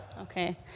Okay